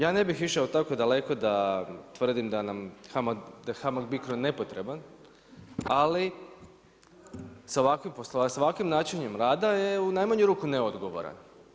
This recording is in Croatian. Ja ne bih išao tako daleko da tvrdim da je HAMAG Bicro nepotreban ali sa ovakvim načinom rada je najmanju ruku neodgovoran.